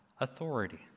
authority